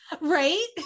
right